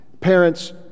parents